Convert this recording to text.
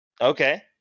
Okay